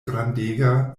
grandega